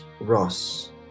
Ross